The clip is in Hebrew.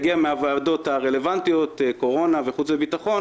זה יגיע מהוועדות הרלוונטיות: מוועדת הקורונה ומוועדת החוץ והביטחון,